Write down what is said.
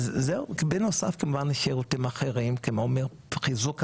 בנוסף שירותים אחרים כמו חיזוק המרפאות,